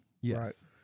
Yes